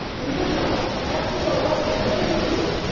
even now after the lapse of many years,